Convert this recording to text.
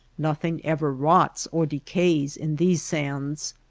nothing ever rots or decays in these sands.